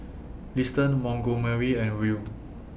Liston Montgomery and Ruel